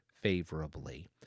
favorably